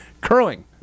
curling